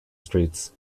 streets